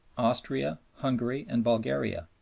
austria, hungary, and bulgaria,